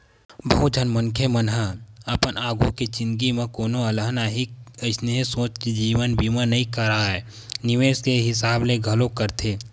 बहुत झन मनखे मन ह अपन आघु के जिनगी म कोनो अलहन आही अइसने सोच के जीवन बीमा नइ कारय निवेस के हिसाब ले घलोक करथे